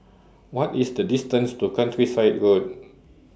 What IS The distance to Countryside Road